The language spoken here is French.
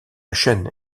chaîne